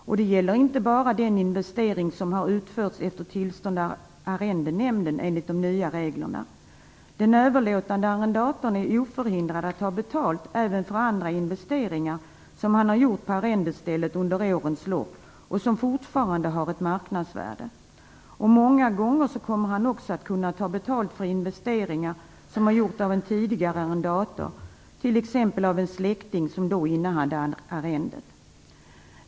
Och det gäller inte bara den investering som har utförts efter tillstånd av Arrendenämnden enligt de nya reglerna. Den överlåtande arrendatorn är oförhindrad att ta betalt även för andra investeringar som han har gjort på arrendestället under årens lopp och som fortfarande har ett marknadsvärde. Många gånger kommer han också att kunna ta betalt för investeringar som har gjorts av en tidigare arrendator, t.ex. av en släkting som då innehade arrendet.